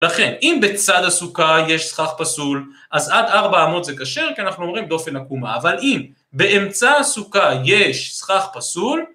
לכן, אם בצד הסוכה יש סכך פסול, אז עד 400 זה כשר, כי אנחנו אומרים דופן עקומה, אבל אם באמצע הסוכה יש סכך פסול,